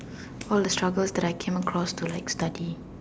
all the troubles that I came across to like study